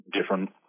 different